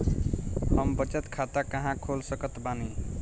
हम बचत खाता कहां खोल सकत बानी?